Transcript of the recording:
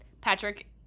Patrick